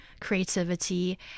creativity